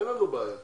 אין לנו בעיה,